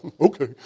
Okay